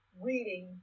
reading